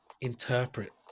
interpret